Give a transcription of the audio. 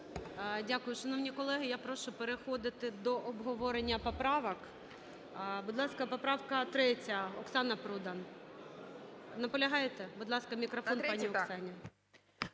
Дякую. Шановні колеги, я прошу переходити до обговорення поправок. Будь ласка, поправка 3-я, Оксана Продан. Наполягаєте? Будь ласка, мікрофон пані Оксані.